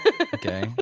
Okay